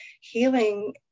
healing